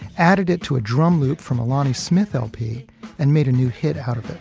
added it to a drum loop from a lonnie smith lp and made a new hit out of it.